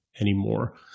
anymore